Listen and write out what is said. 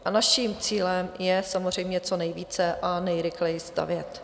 A naším cílem je samozřejmě co nejvíce a nejrychleji stavět.